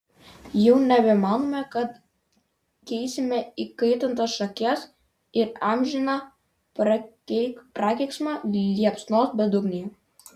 jau nebemanome kad kęsime įkaitintas šakes ir amžiną prakeiksmą liepsnos bedugnėje